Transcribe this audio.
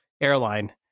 airline